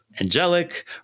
angelic